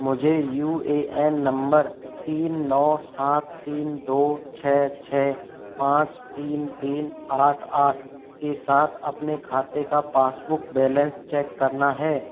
मुझे U A N नंबर तीन नौ सात तीन दो छः छः पाँच तीन तीन आठ आठ के साथ अपने खाते का पासबुक बैलेंस चेक करना है